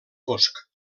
fosc